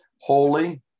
holy